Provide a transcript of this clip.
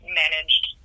managed